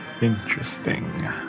Interesting